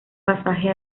pasaje